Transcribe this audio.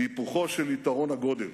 בהיפוכו של יתרון הגודל.